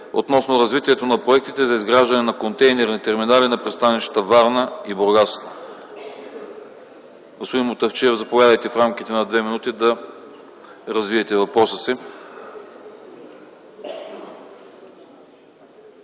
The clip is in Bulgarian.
относно развитието на проектите за изграждането на контейнерни терминали на пристанищата Варна и Бургас. Господи Мутафчиев, заповядайте в рамките на две минути да развиете въпроса си.